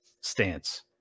stance